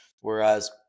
Whereas